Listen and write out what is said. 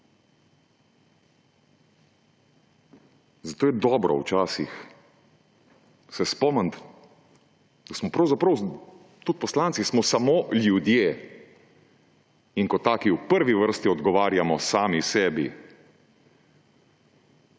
Zato se je dobro včasih spomniti, da smo pravzaprav tudi poslanci samo ljudje in kot taki v prvi vrsti odgovarjamo sami sebi.